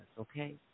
Okay